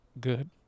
good